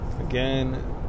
again